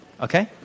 okay